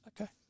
Okay